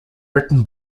written